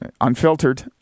unfiltered